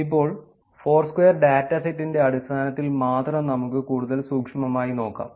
ഇപ്പോൾ ഫോർസ്ക്വയർ ഡാറ്റാസെറ്റിന്റെ അടിസ്ഥാനത്തിൽ മാത്രം നമക്ക് കൂടുതൽ സൂക്ഷ്മമായി നോക്കാം